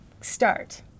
start